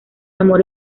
amor